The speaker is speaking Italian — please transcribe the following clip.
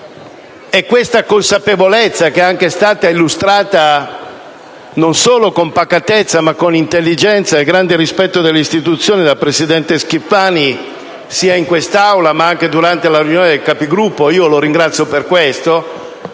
e questa consapevolezza sottesi alla richiesta illustrata non solo con pacatezza ma anche con intelligenza e grande rispetto delle istituzioni dal presidente Schifani, sia in quest'Aula che durante la Conferenza dei Capigruppo (ed io lo ringrazio per questo)